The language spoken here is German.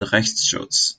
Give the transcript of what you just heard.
rechtsschutz